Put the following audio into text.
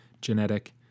genetic